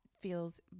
feels